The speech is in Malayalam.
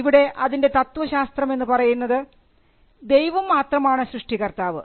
ഇവിടെ അതിൻറെ തത്വശാസ്ത്രം എന്ന് പറയുന്നത് ദൈവം മാത്രമാണ് സൃഷ്ടികർത്താവ്